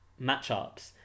matchups